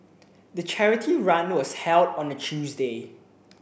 the charity run was held on a Tuesday